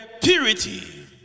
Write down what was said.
purity